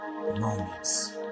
moments